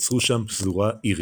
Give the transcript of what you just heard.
ויצרו שם פזורה אירית.